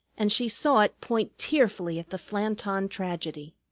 and she saw it point tearfully at the flanton tragedy.